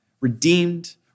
redeemed